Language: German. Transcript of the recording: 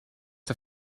der